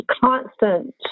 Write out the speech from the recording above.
constant